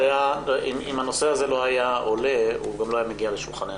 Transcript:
אם הנושא הזה לא היה עולה הוא גם לא היה מגיע לשולחננו.